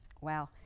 Wow